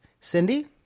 Cindy